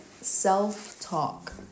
self-talk